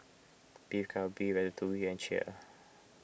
Beef Galbi Ratatouille and Kheer